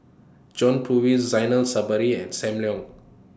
John Purvis Zainal Sapari and SAM Leong